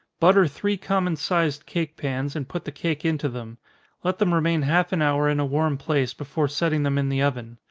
butter three common sized cake pans, and put the cake into them let them remain half an hour in a warm place, before setting them in the oven.